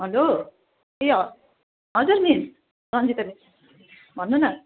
hello ए ह हजुर मिस रन्जिता मिस भन्नु न